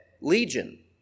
Legion